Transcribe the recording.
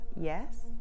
Yes